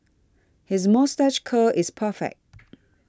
his moustache curl is perfect